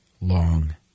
long